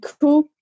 cool